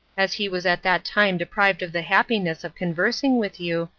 as he was at that time deprived of the happiness of conversing with you,